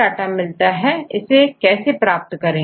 data मिलता है इसे कैसे प्राप्त करें